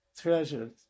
treasures